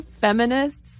feminists